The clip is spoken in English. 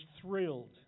thrilled